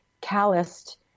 calloused